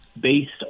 based